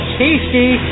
tasty